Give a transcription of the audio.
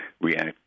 react